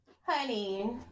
honey